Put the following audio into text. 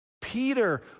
peter